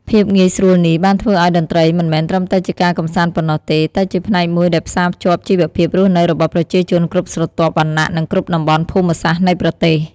ភាពងាយស្រួលនេះបានធ្វើឲ្យតន្ត្រីមិនមែនត្រឹមតែជាការកម្សាន្តប៉ុណ្ណោះទេ តែជាផ្នែកមួយដែលផ្សារភ្ជាប់ជីវភាពរស់នៅរបស់ប្រជាជនគ្រប់ស្រទាប់វណ្ណៈ និងគ្រប់តំបន់ភូមិសាស្ត្រនៃប្រទេស។